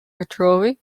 retrovi